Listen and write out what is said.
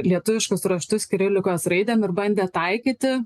lietuviškus raštus kirilikos raidėm ir bandė taikyti